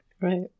Right